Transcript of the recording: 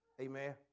Amen